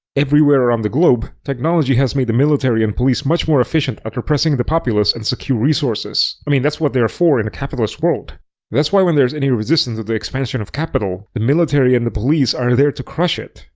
everywhere around the globe, technology has made the military and police much more efficient at repressing the populace and secure resources. i mean, that's what they're for in a capitalist world that's why when there's any resistance the expansion of capital, the military and the police are there to crush it.